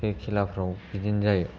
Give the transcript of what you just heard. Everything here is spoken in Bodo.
बे खेलाफोराव बिदिनो जायो